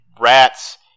rats